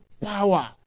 power